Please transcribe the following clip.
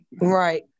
Right